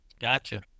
Gotcha